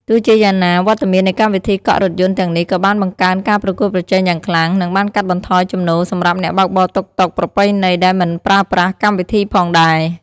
ទោះជាយ៉ាងណា វត្តមាននៃកម្មវិធីកក់រថយន្តទាំងនេះក៏បានបង្កើនការប្រកួតប្រជែងយ៉ាងខ្លាំង និងបានកាត់បន្ថយចំណូលសម្រាប់អ្នកបើកបរតុកតុកប្រពៃណីដែលមិនប្រើប្រាស់កម្មវិធីផងដែរ។